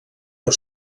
per